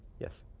yes.